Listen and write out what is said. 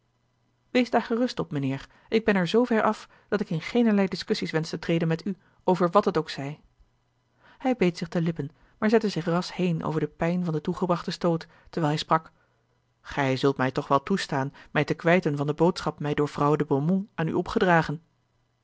wees daar gerust op mijnheer ik ben er zoover af dat ik in geenerlei discussies wensch te treden met u over wat het ook zij hij beet zich de lippen maar zette zich ras heen over de pijn van den toegebrachten stoot terwijl hij sprak osboom oussaint ij zult mij toch wel toestaan mij te kwijten van de boodschap mij door vrouwe de beaumont aan u opgedragen